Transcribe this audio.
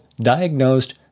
diagnosed